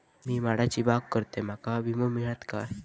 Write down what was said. मी माडाची बाग करतंय माका विमो मिळात काय?